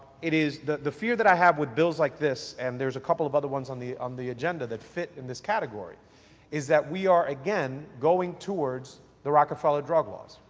it is the the fear that i have with bills like this and there is a couple of other ones on the um the agenda that fit in this categoryis that, we are again going towards the rockefeller drug laws.